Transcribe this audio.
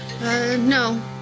no